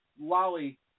Lolly